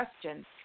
questions